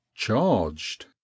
charged